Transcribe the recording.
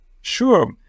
Sure